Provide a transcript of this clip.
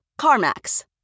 CarMax